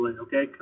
okay